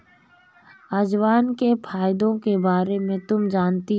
अजवाइन के फायदों के बारे में तुम जानती हो?